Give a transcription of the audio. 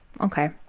Okay